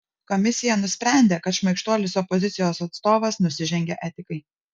komisija nusprendė kad šmaikštuolis opozicijos atstovas nusižengė etikai